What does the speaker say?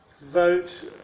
vote